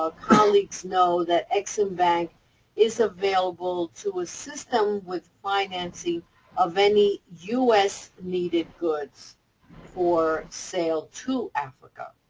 ah colleagues know that ex-im bank is available to assist them with financing of any u s. needed goods for sale to africa.